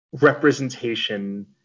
representation